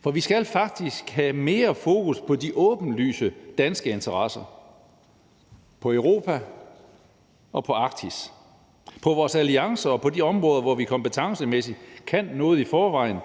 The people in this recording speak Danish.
For vi skal faktisk have mere fokus på de åbenlyse danske interesser, på Europa og på Arktis, på vores alliancer og på de områder, hvor vi kompetencemæssigt kan noget i forvejen,